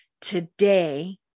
today